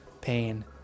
pain